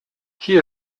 hier